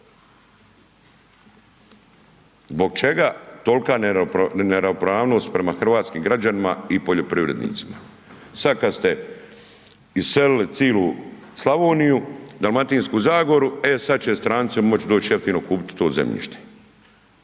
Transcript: Zbog čega tolika neravnopravnost prema hrvatskim građanima i poljoprivrednicima? Sad kad ste iselili cijelu Slavoniju, Dalmatinsku zagoru, e sad će stranci moć doć jeftino kupiti to zemljište